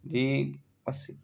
جی بس